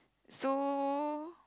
so